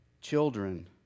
children